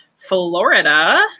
florida